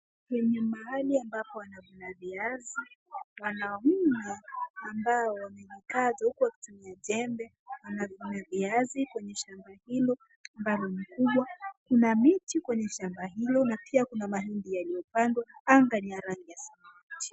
Penye mahali ambapo pana viazi panavunwa ambao wamejikaza huku wakitumia jembe na pana viazi kwenye shamba hilo ambalo ni kubwa, kuna miti kwenye shamba hilo na pia kuna mahindi yaliyopandwa anga ni ya rangi ya samawati.